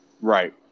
Right